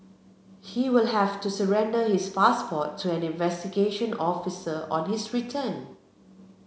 he will have to surrender his passport to an investigation officer on his return